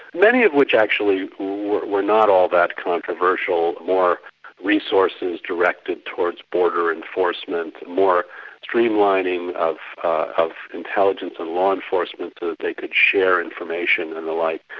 many of which actually were were not all that controversial law resources directed towards border enforcement, more streamlining of of intelligence and law enforcement that they could share information and the like.